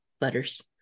letters